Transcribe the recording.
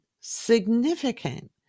significant